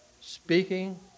speaking